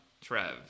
Trev